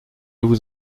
vous